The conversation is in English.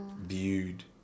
viewed